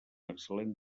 excel·lent